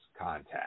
contact